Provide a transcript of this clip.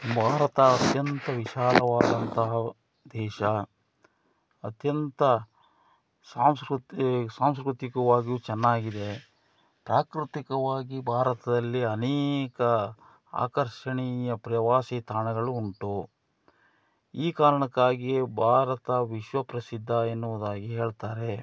ಭಾರತ ಅತ್ಯಂತ ವಿಶಾಲವಾದಂತಹ ದೇಶ ಅತ್ಯಂತ ಸಾಂಸ್ಕೃತಿ ಸಾಂಸ್ಕೃತಿಕವಾಗ್ಯು ಚೆನ್ನಾಗಿದೆ ಪ್ರಾಕೃತಿಕವಾಗಿ ಭಾರತದಲ್ಲಿ ಅನೇಕ ಆಕರ್ಷಣೀಯ ಪ್ರವಾಸಿ ತಾಣಗಳು ಉಂಟು ಈ ಕಾರಣಕ್ಕಾಗಿಯೇ ಭಾರತ ವಿಶ್ವಪ್ರಸಿದ್ಧ ಎನ್ನುವುದಾಗಿ ಹೇಳ್ತಾರೆ